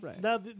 right